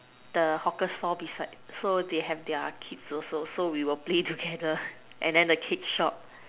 the hawker stall beside so they have their kids also so we will play together and then the cake shop